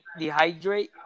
dehydrate